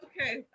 Okay